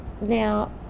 Now